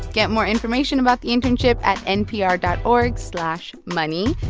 get more information about the internship at npr dot org slash money.